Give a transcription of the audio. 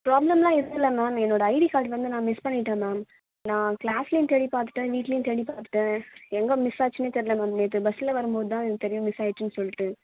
பிராப்ளம்லாம் எதுவும் இல்லை மேம் என்னோடய ஐடி கார்டு வந்து நான் மிஸ் பண்ணிவிட்டேன் மேம் நான் கிளாஸ்லேயும் தேடிப் பார்த்துட்டேன் வீட்லேயும் தேடிப் பார்த்துட்டேன் எங்கே மிஸ் ஆச்சுன்னே தெரில மேம் நேற்று பஸ்ஸில் வரும்போது தான் எனக்கு தெரியும் மிஸ் ஆயிடுச்சுன்னு சொல்லிட்டு